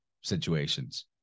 situations